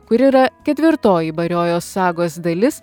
kuri yra ketvirtoji bariojos sagos dalis